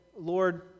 Lord